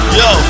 yo